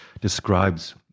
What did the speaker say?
describes